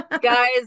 guys